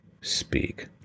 speak